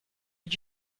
did